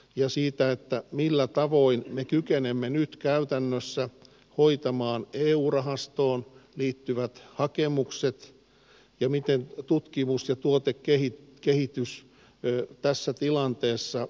ja siitä että millä tavoin me kykenemme nyt käytännössä hoitamaan kerjuurahastoon liittyvät hakemukset ja miten tutkimus ja tuotekehitys kehitys ei tässä tilanteessa